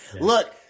Look